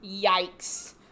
yikes